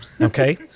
okay